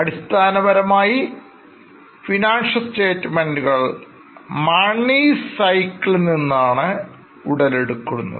അടിസ്ഥാനപരമായി ഫിനാൻഷ്യൽസ്റ്റേറ്റ്മെൻറ്കൾ മണി സൈക്കിളിൽ നിന്നാണ് ഉടലെടുക്കുന്നത്